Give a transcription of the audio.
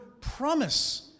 promise